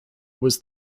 was